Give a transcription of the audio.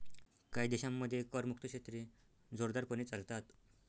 काही देशांमध्ये करमुक्त क्षेत्रे जोरदारपणे चालतात